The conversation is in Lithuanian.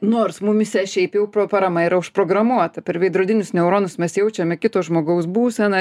nors mumyse šiaip jau parama yra užprogramuota per veidrodinius neuronus mes jaučiame kito žmogaus būseną